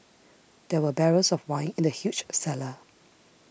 there were barrels of wine in the huge cellar